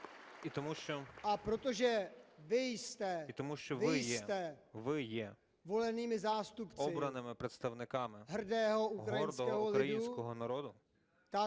І тому, що ви є, ви є обраними представниками гордого українського народу,